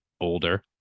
older